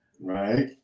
Right